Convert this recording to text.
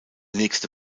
nächste